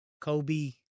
Kobe